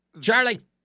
Charlie